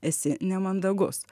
esi nemandagus